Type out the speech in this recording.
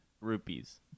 rupees